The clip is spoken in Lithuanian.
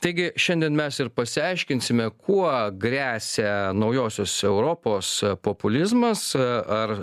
taigi šiandien mes ir pasiaiškinsime kuo gresia naujosios europos populizmas ar